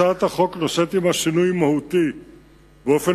הצעת החוק נושאת עמה שינוי מהותי באופן